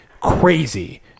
crazy